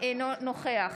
אינו נוכח